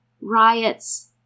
riots